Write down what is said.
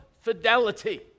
fidelity